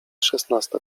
szesnasta